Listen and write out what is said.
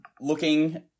looking